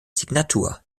signatur